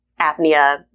apnea